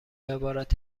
عبارت